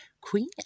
Queen